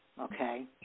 Okay